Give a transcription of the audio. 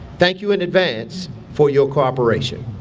thank you in advance for your cooperation.